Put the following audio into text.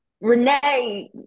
Renee